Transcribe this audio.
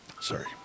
Sorry